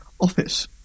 office